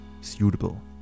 suitable